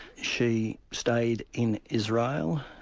she stayed in israel,